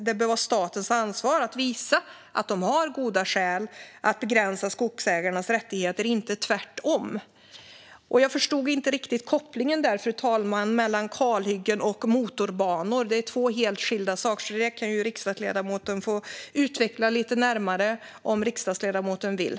Det bör vara statens ansvar att visa att den har goda skäl att begränsa skogsägarnas rättigheter, inte tvärtom. Jag förstod inte riktigt kopplingen, fru talman, mellan kalhyggen och motorbanor. Det är två helt skilda saker. Det kan riksdagsledamoten få utveckla lite närmare om hon vill.